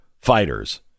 fighters